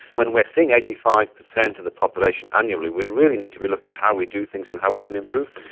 when we're seeing eighty five per cent of the population annually, we really need to be looking at how we do things and how we can improve